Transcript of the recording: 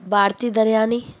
Bharti Daryani